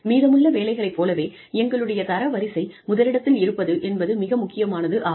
மீதமுள்ள வேலைகளை போலவே எங்களுடைய தரவரிசை முதலிடத்தில் இருப்பது என்பது மிக முக்கியமானதாகும்